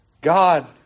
God